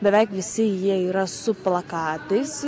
beveik visi jie yra su plakatais